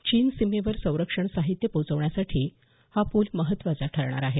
चीन सीमेवर संरक्षण साहित्य पोहोचवण्यासाठी हा पूल महत्त्वाचा ठरणार आहे